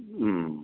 হুম